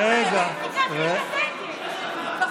רגע, רגע.